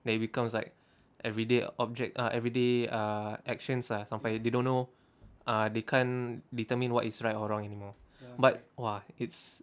that it becomes like everyday object everyday ah actions are sampai they don't know ah they can't determine what is right or wrong anymore but !wah! it's